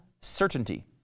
certainty